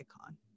icon